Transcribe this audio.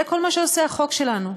זה כל מה שעושה החוק שלנו.